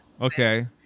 okay